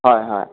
হয় হয়